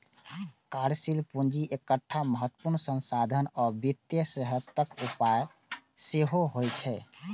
कार्यशील पूंजी एकटा महत्वपूर्ण संसाधन आ वित्तीय सेहतक उपाय सेहो होइ छै